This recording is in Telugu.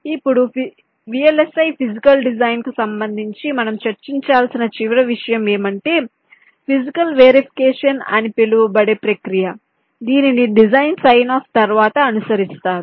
ఇప్పుడు VLSI ఫీజికల్ డిజైన్ కు సంబంధించి మనం చర్చించాల్సిన చివరి విషయం ఏమిటంటే ఫీజికల్ వెరిఫికేషన్ అని పిలువబడే ప్రక్రియ దీనిని డిజైన్ సైన్ ఆఫ్ తరువాత అనుసరిస్తారు